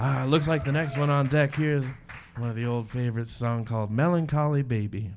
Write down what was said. i looks like the next one on deck here's one of the old favorite song called melancholy baby